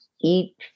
eat